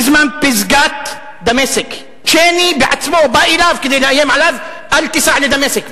בזמן פסגת דמשק צ'ייני בעצמו בא אליו כדי לאיים עליו: אל תיסע לדמשק,